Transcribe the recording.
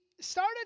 started